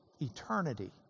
eternity